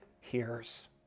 hears